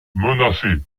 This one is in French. menacé